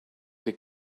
did